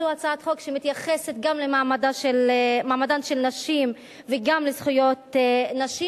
זו הצעת חוק שמתייחסת גם למעמדן של נשים וגם לזכויות נשים.